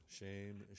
shame